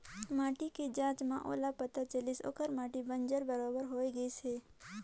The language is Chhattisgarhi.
माटी के जांच में ओला पता चलिस ओखर माटी बंजर बरोबर होए गईस हे